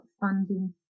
funding